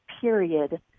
period